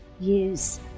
Use